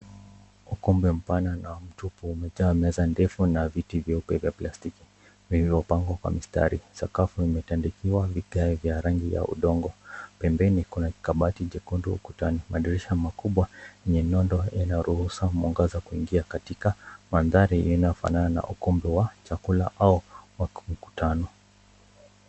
Ukumbi mpana na mtupu umejaa meza ndefu na viti vyeupe vya plastiki vilivyopangwa kwa mstari . Sakafu imetandikiwa vigae vya rangi ya udongo . Pembeni kuna kabati jekundu ukutani , madirisha makubwa yenye nondo inaruhusa mwangaza kuingia katika mandhari inayofanana na ukumbi wa chakula au wa kimkutano.